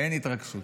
אין התרגשות.